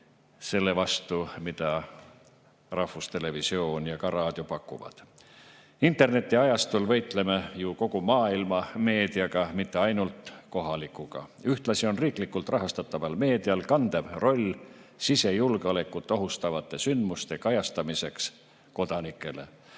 selle vastu, mida rahvustelevisioon ja ka raadio pakuvad. Internetiajastul võistleme ju kogu maailma meediaga, mitte ainult kohalikuga. Ühtlasi on riiklikult rahastataval meedial kandev roll sisejulgeolekut ohustavate sündmuste kajastamisel kodanikele.